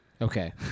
okay